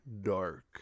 dark